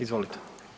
Izvolite.